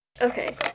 Okay